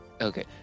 okay